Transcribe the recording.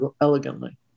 elegantly